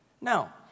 Now